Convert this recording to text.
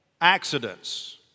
accidents